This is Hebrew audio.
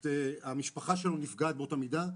המשפחה שלו נפגעת באותה מידה.